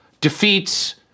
defeats